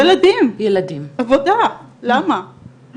ילדים, עבודה, זה